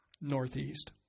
Northeast